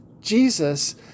Jesus